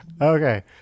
Okay